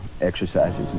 exercises